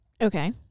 Okay